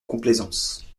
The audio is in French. complaisance